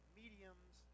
mediums